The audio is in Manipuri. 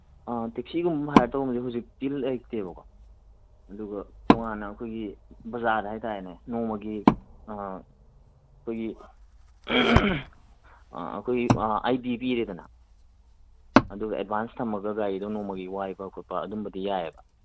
ꯑ ꯇꯦꯛꯁꯤꯒꯨꯝꯕ ꯍꯥꯏꯌꯔ ꯇꯧꯕꯝꯁꯦ ꯍꯧꯖꯤꯛꯇꯤ ꯂꯩꯇꯕꯀꯣ ꯑꯗꯨꯒ ꯇꯣꯉꯥꯟꯅ ꯑꯩꯈꯣꯏꯒꯤ ꯕꯖꯥꯔꯗ ꯍꯥꯏ ꯇꯥꯔꯦꯅꯦ ꯅꯣꯡꯃꯒꯤ ꯑꯩꯈꯣꯏꯒꯤ ꯑꯩꯈꯣꯏ ꯑꯥꯏ ꯗꯤ ꯄꯤꯔꯦꯗꯅ ꯑꯗꯨꯒ ꯑꯦꯠꯚꯥꯟꯁ ꯊꯝꯃꯒ ꯒꯥꯔꯤꯗꯣ ꯅꯣꯡꯃꯒꯤ ꯋꯥꯏꯕ ꯈꯣꯠꯄ ꯑꯗꯨꯝꯕꯗꯤ ꯌꯥꯏꯌꯦꯕ